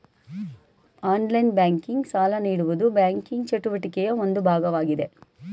online banking, ಸಾಲ ನೀಡುವುದು banking ಚಟುವಟಿಕೆಯ ಒಂದು ಭಾಗವಾಗಿದೆ